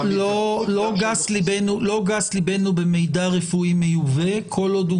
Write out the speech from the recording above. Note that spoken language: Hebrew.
לא גס לבנו במידע רפואי מיובא כל עוד הוא